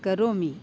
करोमि